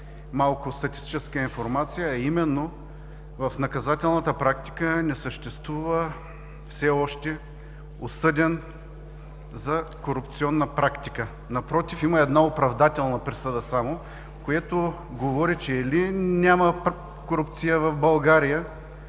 малко статистическа информация, а именно в наказателната практика не съществува все още осъден за корупционна практика. Напротив, има само оправдателна присъда, което говори, че или няма корупция в България,